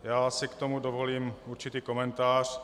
Já si k tomu dovolím určitý komentář.